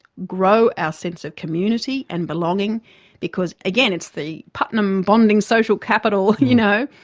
grow our sense of community and belonging because again, it's the putnam bonding social capital, you know.